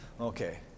okay